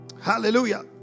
Hallelujah